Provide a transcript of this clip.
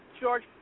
George